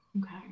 okay